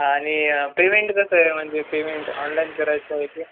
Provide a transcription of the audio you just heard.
आणि पेमेंट कसं आहे म्हणजे पेमेंट ऑनलाईन करायचं आहे की